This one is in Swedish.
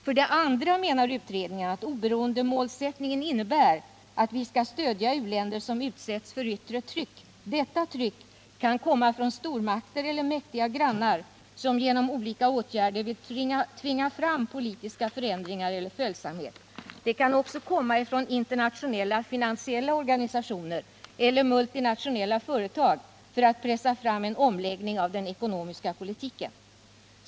För det andra menar utredningen att oberoendemålsättningen innebär att vi skall stödja u-länder som utsätts för yttre tryck. Detta tryck kan komma från stormakter eller mäktiga grannar som genom olika åtgärder vill tvinga fram politiska förändringar eller följsamhet. Det kan också komma ifrån internationella finansiella organisationer eller multinationella företag för att pressa fram en omläggning av den ekonomiska politiken.